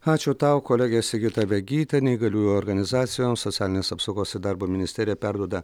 ačiū tau kolegė sigita vegytė neįgaliųjų organizacijoms socialinės apsaugos ir darbo ministerija perduoda